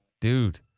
Dude